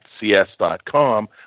cs.com